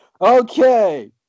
Okay